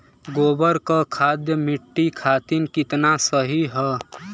गोबर क खाद्य मट्टी खातिन कितना सही ह?